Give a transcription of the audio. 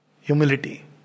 humility